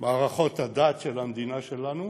מערכות הדת של המדינה שלנו